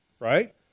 Right